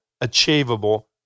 achievable